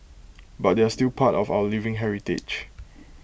but they're still part of our living heritage